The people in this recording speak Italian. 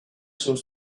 sullo